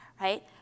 right